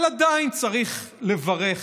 אבל עדיין צריך לברך